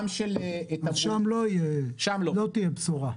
אז שם לא תהיה בשורה.